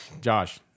Josh